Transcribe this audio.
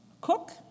cook